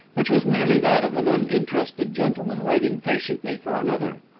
which was merely that of an uninterested gentleman waiting patiently for another.